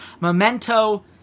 Memento